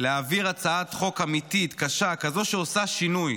להעביר הצעת חוק אמיתית, קשה, כזאת שעושה שינוי.